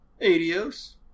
Adios